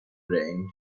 rent